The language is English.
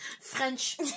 French